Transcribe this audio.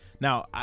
Now